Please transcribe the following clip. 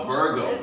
Virgo